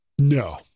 No